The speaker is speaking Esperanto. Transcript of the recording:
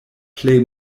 plej